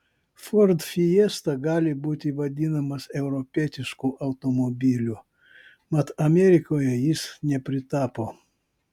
ford fiesta gali būti vadinamas europietišku automobiliu mat amerikoje jis nepritapo